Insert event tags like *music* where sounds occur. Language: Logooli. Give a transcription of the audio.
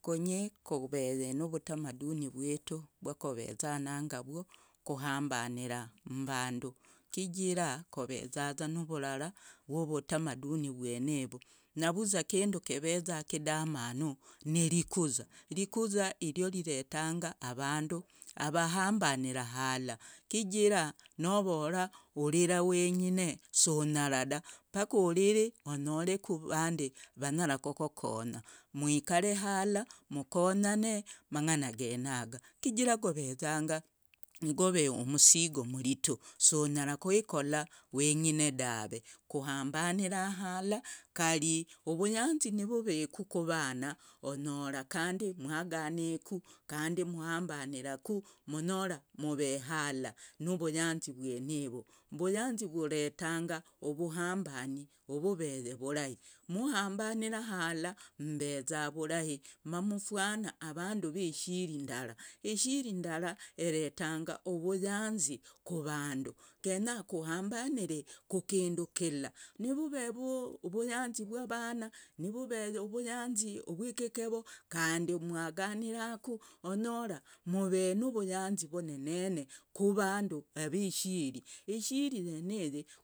Kunyi koveye nuvutamaduni rwitu vakorezanangavwo kuhambanira mmbandu kijira kuvezaza nuvurara vwi vutumaduni uweneivu navuza kindu keveza kidamanu nirikuza irikuza ryorivetanga vandu avahambaira hala kijira novora urira wengine sunyara da pakuriri unyoreku vandi vanyara kokonya mwikare hala mkonyane mang'ana genayo kijira govezanga nigore umsingo umritu sunyara kwekora wengine dave kuhambanira hala kari vuyanza nivoveku kuvana onyora kandi mwaganiku kandi mhambariiraku mnyoramuvehala nuvuyanzi vwenivu vuyanzi voretanga uvuhambani oveveye vurahi muhambaniira hala mmbeze vurahi mamfwana avandu vishiri ndara ishiri ndara evetanga uvuyanzi kuvandu genya kuhambaniri kukindu kila nuvav *hesitation* vuyanzi vwavana nivuvere uvuyanzi vwekekevo kandi mwaganiraku onyora mve nuvuyanzi vonenen *hesitation* kuvandu avishiri ishiri ishiri yeniyi.